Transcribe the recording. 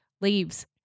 leaves